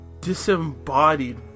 disembodied